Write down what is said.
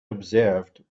observed